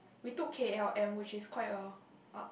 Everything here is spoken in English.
we took K_L_M which is quite a up